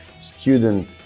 student